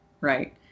right